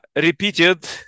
repeated